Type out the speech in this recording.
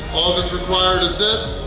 all that's required is this.